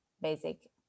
basic